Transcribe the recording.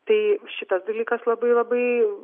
tai šitas dalykas labai labai